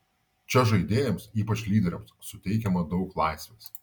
čia žaidėjams ypač lyderiams suteikiama daug laisvės